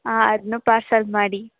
ಹಾಂ ಅದನ್ನೂ ಪಾರ್ಸೆಲ್ ಮಾಡಿ